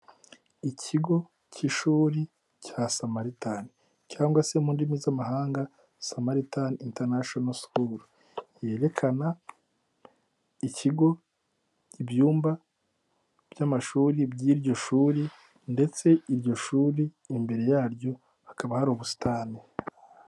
Ikigo cy'ishuri cya Samaritani cyangwa se mu ndimi z'amahanga Samaritan international school, yerekana ikigo ibyumba by'amashuri by'iryo shuri ndetse iryo shuri imbere yaryo hakaba hari ubusitani.